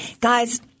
Guys